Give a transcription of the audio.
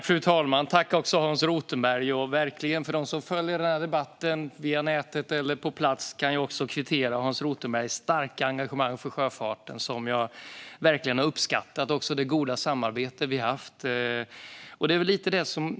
Fru talman! För den som följer den här debatten via nätet eller på plats kan jag kvittera Hans Rothenbergs starka engagemang för sjöfarten, vilket jag verkligen har uppskattat, liksom det goda samarbete vi har haft.